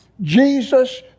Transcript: Jesus